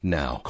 now